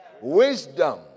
wisdom